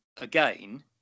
again